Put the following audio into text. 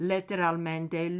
Letteralmente